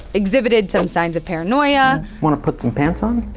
exhibited some signs of paranoia. wanna put some pants on?